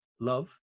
Love